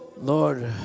Lord